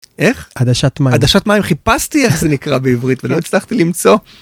איך עדשת מים חיפשתי איך זה נקרא בעברית ולא הצלחתי למצוא.